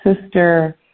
Sister